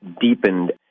deepened